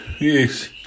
yes